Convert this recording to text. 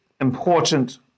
important